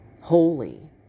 holy